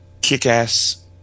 kick-ass